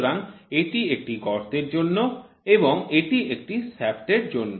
সুতরাং এটি একটি গর্তের জন্য এবং এটি একটি শ্য়াফ্ট এর জন্য